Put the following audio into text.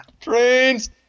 trains